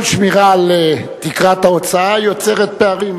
כל שמירה על תקרת ההוצאה יוצרת פערים,